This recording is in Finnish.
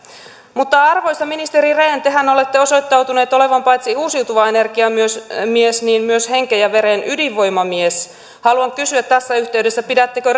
arvoisa ministeri rehn tehän olette osoittanut olevanne paitsi uusiutuva energia mies myös henkeen ja vereen ydinvoimamies haluan kysyä tässä yhteydessä pidättekö